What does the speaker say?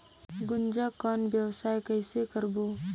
गुनजा कौन व्यवसाय कइसे करबो?